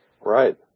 Right